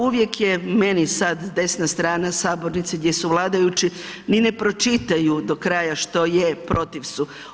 Uvijek je meni sad desna strana sabornice gdje su vladajući ni ne pročitaju do kraja što je, protiv su.